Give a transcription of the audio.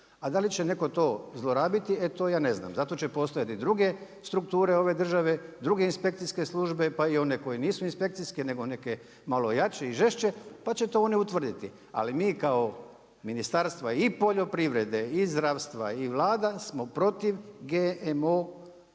A da li će netko to zlorabiti, e to ja ne znam. Zato će postojati druge strukture ove države druge inspekcijske službe, pa i one koje nisu inspekcijske nego neke malo jače i žešće, pa će to one utvrditi. Ali mi kao ministarstva i poljoprivrede, i zdravstva i Vlada smo protiv GMO